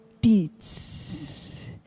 deeds